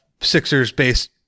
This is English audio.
Sixers-based